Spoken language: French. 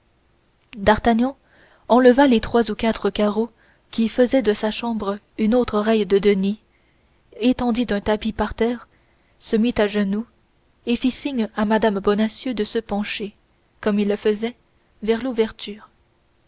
d'artagnan enleva les trois ou quatre carreaux qui faisaient de sa chambre une autre oreille de denys étendit un tapis à terre se mit à genoux et fit signe à mme bonacieux de se pencher comme il le faisait vers l'ouverture